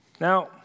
Now